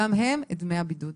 גם להם את דמי הבידוד.